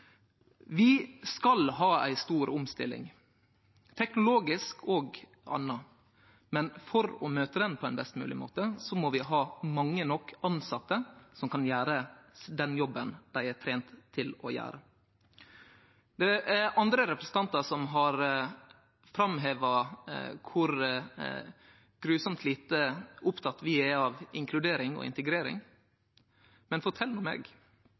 Vi skal ha ei stor omstilling – teknologisk og anna – men for å møte ho på ein best mogleg måte, må vi ha mange nok tilsette som kan gjere den jobben dei er trente til å gjere. Andre representantar har framheva kor svært lite opptekne vi er av inkludering og integrering, men fortel meg: